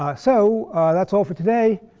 um so that's all for today.